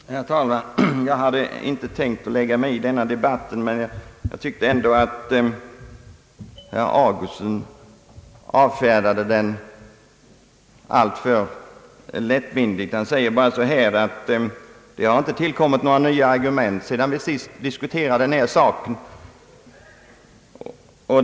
Herr talman! Jag hade inte tänkt blanda mig i denna debatt, men jag tyckte att herr Augustsson avfärdade ärendet alltför lättvindigt. Han sade bara att det inte har tillkommit några nya argument sedan vi sist diskuterade denna fråga.